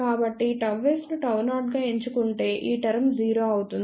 కాబట్టి ΓS ను Γ0 గా ఎంచుకుంటే ఈ టర్మ్ 0 అవుతుంది